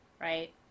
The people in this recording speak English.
Right